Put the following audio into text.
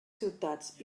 ciutats